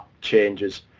changes